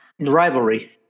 rivalry